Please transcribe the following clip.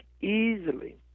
easily